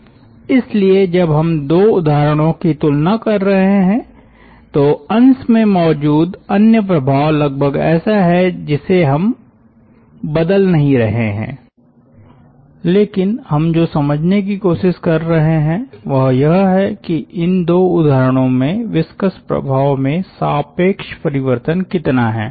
इसलिए जब हम दो उदाहरणों की तुलना कर रहे हैं तो अंश में मौजूद अन्य प्रभाव लगभग ऐसा है जिसे हम बदल नहीं रहे हैं लेकिन हम जो समझने की कोशिश कर रहे हैं वह यह है कि इन दो उदाहरणों में विस्कस प्रभाव में सापेक्ष परिवर्तन कितना है